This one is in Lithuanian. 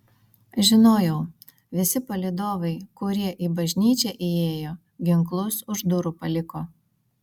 žinojau visi palydovai kurie į bažnyčią įėjo ginklus už durų paliko